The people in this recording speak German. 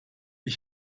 ich